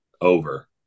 over